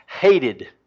hated